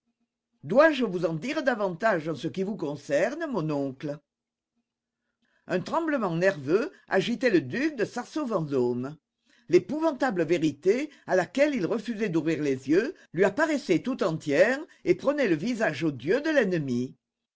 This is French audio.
dois-je vous en dire davantage en ce qui vous concerne mon oncle un tremblement nerveux agitait le duc de sarzeau vendôme l'épouvantable vérité à laquelle il refusait d'ouvrir les yeux lui apparaissait tout entière et prenait le visage odieux de l'ennemi